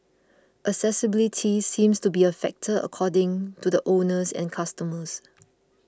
accessibility seems to be a factor according to the owners and customers